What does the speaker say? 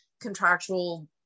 contractual